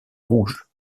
rouge